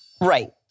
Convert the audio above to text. Right